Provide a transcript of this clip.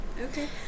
okay